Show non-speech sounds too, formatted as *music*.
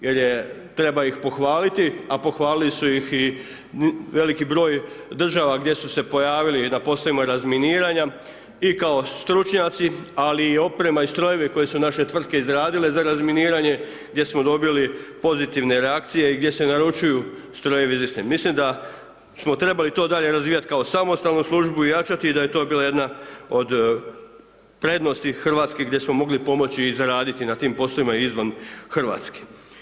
Jer treba ih pohvaliti a pohvalili su ih i veliki broj država gdje su se pojavili da ... *unintelligible* i razminiranja i kao stručnjaci ali i oprema i strojevi koje su naše tvrtke izradile za razminiranje gdje smo dobili pozitivne reakcije i gdje se naručuju strojevi ... *unintelligible* Mislim da smo trebali to i dalje razvijati kao samostalnu službu i jačati da je to bila jedna od prednosti hrvatskih gdje smo mogli pomoći i zaraditi na tim poslovima i izvan Hrvatske.